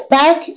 back